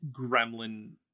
gremlin